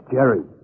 Jerry